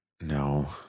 No